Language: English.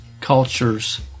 cultures